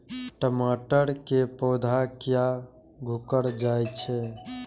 टमाटर के पौधा किया घुकर जायछे?